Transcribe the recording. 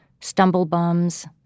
stumble-bums